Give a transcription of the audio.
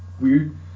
weird